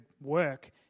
work